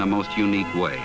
in a most unique way